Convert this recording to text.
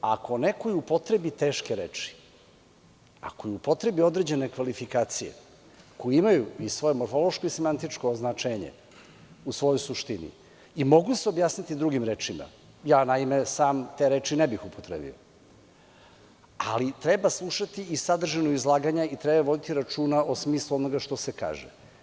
Ako neko upotrebi teške reči, ako upotrebi određene kvalifikacije, koje imaju i svoje morfološko i semantičko značenje u svojoj suštini i mogu se objasniti drugim rečima, ja naime, sam, te reči ne bih upotrebio, ali treba slušati i sadržinu izlaganja i treba voditi računa o smislu onoga što se kaže.